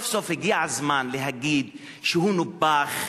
סוף סוף הגיע הזמן להגיד שהוא נופח,